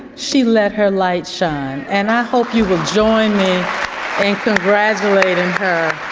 she let her light shine and i hope you will join me in congratulating her